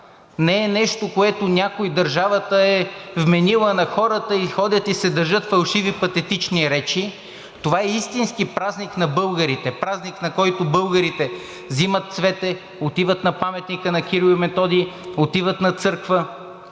не е нещо, което някой, държавата е вменила на хората и ходят, и се държат фалшиви патетични речи. Това е истински празник на българите. Празник, на който българите взимат цвете, отиват на паметника на Кирил и Методий, отиват на църква